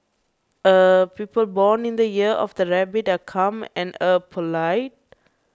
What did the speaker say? er people born in the year of the Rabbit are calm and er polite